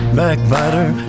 backbiter